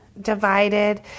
divided